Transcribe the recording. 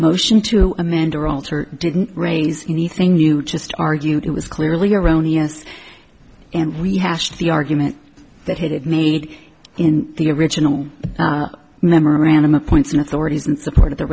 motion to amanda or alter didn't raise anything you just argued it was clearly erroneous and rehashed the argument that had made in the original memorandum of points and authorities in support of the